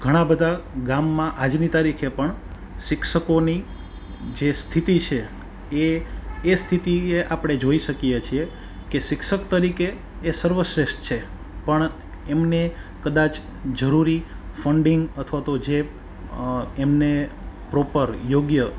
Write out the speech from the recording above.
ઘણાં બધા ગામમાં આજની તારીખે પણ શિક્ષકોની જે સ્થિતિ છે એ એ સ્થિતિ એ આપડે જોઈ શકીએ છીએ કે શિક્ષક તરીકે એ સર્વશ્રેષ્ઠ છે પણ એમને કદાચ જરૂરી ફંડિંગ અથવા તો જે એમને પ્રોપર યોગ્ય